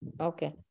okay